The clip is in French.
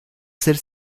celle